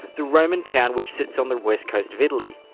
the roman town which sits on the west coast of italy.